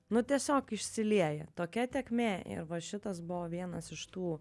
nu tiesiog išsilieja tokia tėkmė ir va šitas buvo vienas iš tų